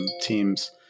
teams